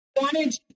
wanted